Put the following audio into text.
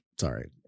Sorry